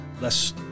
less